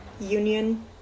Union